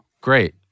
Great